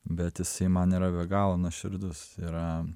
bet jisai man yra be galo nuoširdus yra